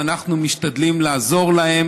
ואנחנו משתדלים לעזור לה,